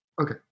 Okay